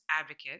advocate